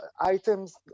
items